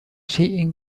شيء